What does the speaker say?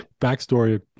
Backstory